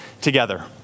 together